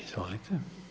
Izvolite.